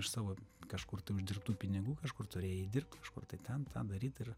iš savo kažkur tai uždirbtų pinigų kažkur turėjai dirbt kažkur ten tą daryt ir